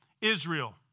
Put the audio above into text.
Israel